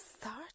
start